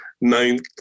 ninth